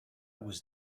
was